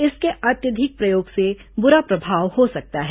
इसके अत्यधिक प्रयोग से बुरा प्रभाव हो सकता है